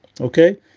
Okay